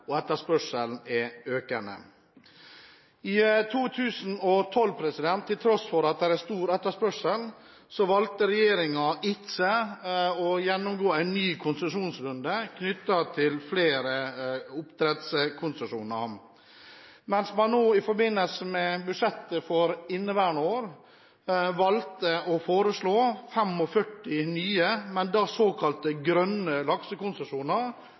og etterspørselen er økende. I 2012 valgte regjeringen – til tross for at det er stor etterspørsel – ikke å gjennomføre en ny konsesjonsrunde knyttet til flere oppdrettskonsesjoner, mens man nå, i forbindelse med budsjettet for inneværende år, valgte å forslå 45 nye, men såkalte grønne laksekonsesjoner,